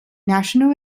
national